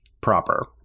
proper